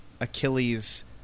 Achilles